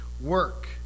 work